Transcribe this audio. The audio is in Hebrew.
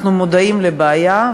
אנחנו מודעים לבעיה,